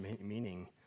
meaning